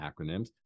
acronyms